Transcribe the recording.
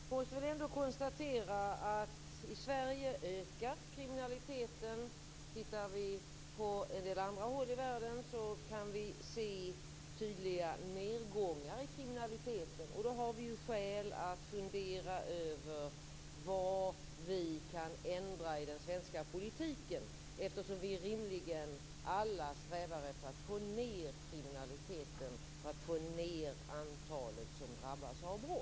Fru talman! Jag måste ändå konstatera att kriminaliteten i Sverige ökar. Om vi tittar på en del andra håll i världen så kan vi se tydliga nedgångar i kriminaliteten. Då har vi skäl att fundera över vad vi kan ändra i den svenska politiken, eftersom vi alla rimligen strävar efter att få ned kriminaliteten, att få ned antalet människor som drabbas av brott.